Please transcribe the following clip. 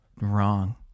wrong